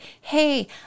hey